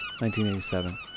1987